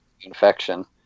infection